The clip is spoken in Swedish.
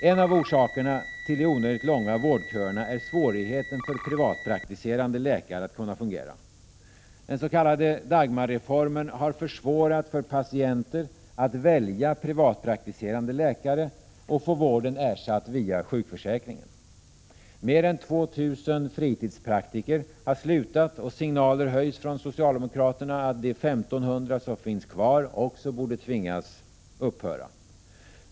En av orsakerna till de onödigt långa vårdköerna är svårigheten för privatpraktiserande läkare att kunna fungera. Den s.k. Dagmarreformen har försvårat för patienter att välja privatpraktiserande läkare och få vården ersatt via sjukförsäkringen. Mer än 2 000 fritidspraktiker har slutat, och signaler höjs från socialdemokraterna att de 1 500 som finns kvar också borde tvingas upphöra.